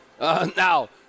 now